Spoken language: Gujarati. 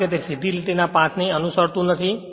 કારણ કે તે કોઈ સીધી લીટીના પાથને અનુસરતું નથી